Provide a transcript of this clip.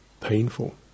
painful